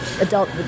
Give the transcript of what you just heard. adult